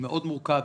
מאוד מורכב,